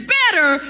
better